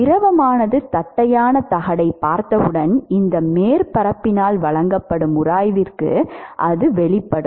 திரவமானது தட்டையான தகட்டைப் பார்த்தவுடன் இந்த மேற்பரப்பினால் வழங்கப்படும் உராய்வுக்கு அது வெளிப்படும்